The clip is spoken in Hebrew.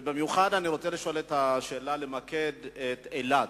ובמיוחד אני רוצה לשאול, למקד את השאלה באילת.